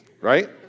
right